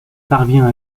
parvient